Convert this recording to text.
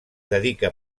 dedica